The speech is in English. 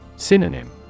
Synonym